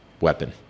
weapon